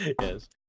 Yes